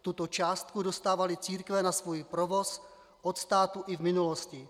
Tuto částku dostávaly církve na svůj provoz od státu i v minulosti.